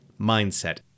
mindset